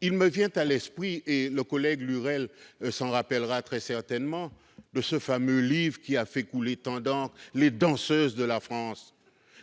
Il me vient à l'esprit, et mon collègue Lurel s'en rappellera très certainement, ce fameux livre qui a fait couler tant d'encre :.